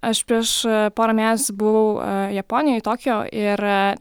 aš prieš porą metų buvau japonijoj tokijo ir